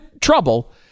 trouble